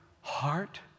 heart